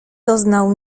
doznał